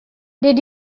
did